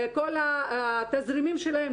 כל התזרימים שלהם,